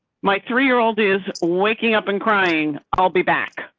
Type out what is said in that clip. my three year old is waking up and crying. i'll be back.